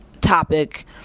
topic